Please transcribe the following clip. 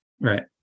Right